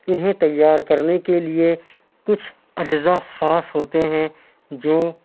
انہیں تیار کرنے کے لیے کچھ اجزا خاص ہوتے ہیں جو